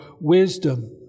wisdom